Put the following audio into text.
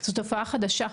זו תופעה חדשה,